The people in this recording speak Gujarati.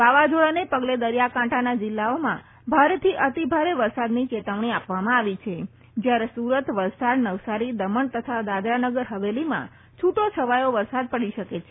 વાવાઝોડાને પગલે દરિયાકાંઠાના જિલ્લાઓમાં ભારેથી અતિભારે વરસાદની ચેતવણી આપવામાં આવી છે જ્યારે સુરત વલસાડ નવસારી દમણ તથા દાદરાનગર ફવેલીમાં છુટોછવાયો વરસાદ પડી શકે છે